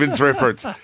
reference